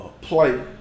play